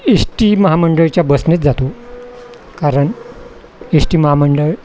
S T महामंडळाच्या बसनेच जातो कारण एश टी महामंडळ